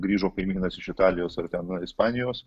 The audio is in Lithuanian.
grįžo kaimynas iš italijos ar ten ispanijos